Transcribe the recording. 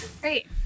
Great